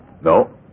No